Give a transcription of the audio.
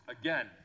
Again